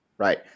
Right